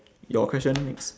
your question next